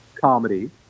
comedy